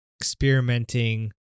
experimenting